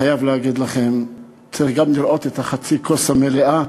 חייב להגיד לכם: צריך גם לראות את חצי הכוס המלאה.